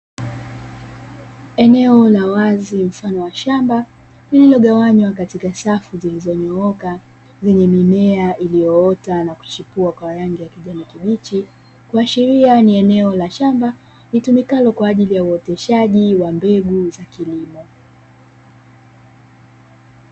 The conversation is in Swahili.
Eneo la wazi mfano wa shamba lililogawanywa katika safu zilizonyooka lenye mimea iliyoota na kuchipua kwa rangi ya kijani kibichi, kuashiria ni eneo la shamba litumikalo kwa ajili ya uoteshaji wa mbegu za kilimo.